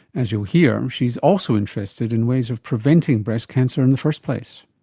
as you'll hear, she is also interested in ways of preventing breast cancer in the first place.